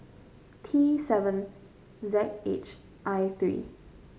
T seven Z H I three